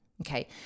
Okay